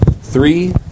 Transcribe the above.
three